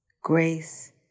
grace